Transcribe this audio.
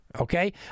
Okay